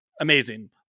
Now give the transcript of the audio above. Amazing